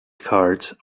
cards